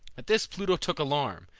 at this pluto took alarm,